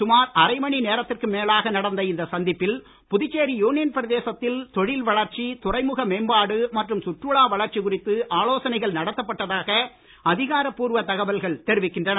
சுமார் அரை மணி நேரத்திற்கும் மேலாக நடந்த இந்த சந்திப்பில் புதுச்சேரி யூனியன் பிரதேசத்தில் தொழில் வளர்ச்சி துறைமுக மேம்பாடு மற்றும் சுற்றுலா வளர்ச்சி குறித்து ஆலோசனைகள் நடத்தப் பட்டதாக அதிகார பூர்வ தகவல்கள் தெரிவிக்கின்றன